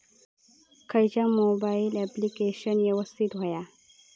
खयचा mobile application यवस्तित होया?